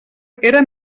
era